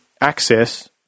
access